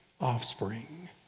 offspring